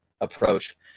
approach